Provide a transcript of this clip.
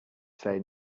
say